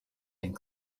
and